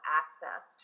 access